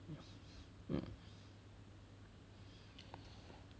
mm